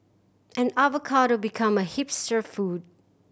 and avocado became a hipster food